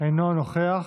אינו נוכח.